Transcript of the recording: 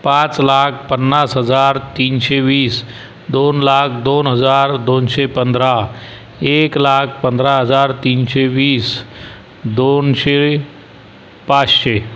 पाच लाख पन्नास हजार तीनशे वीस दोन लाख दोन हजार दोनशे पंधरा एक लाख पंधरा हजार तीनशे वीस दोनशे पाचशे